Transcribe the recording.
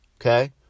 Okay